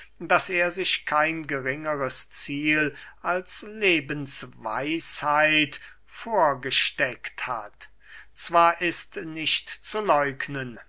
daß er sich kein geringeres ziel als lebensweisheit vorgesteckt hat zwar ist nicht zu läugnen